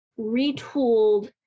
retooled